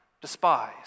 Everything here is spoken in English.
despise